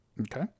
Okay